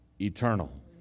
eternal